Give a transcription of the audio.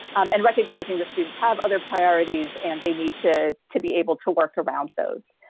and recognizing the students have other priorities, and they need to to be able to work around those.